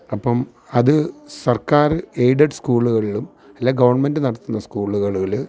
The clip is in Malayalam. അപ്പം അത് സര്ക്കാർ എയിഡഡ് സ്കൂളുകളിലും അല്ലെ ഗവണ്മെന്റ് നടത്തുന്ന സ്കൂളുകളിൽ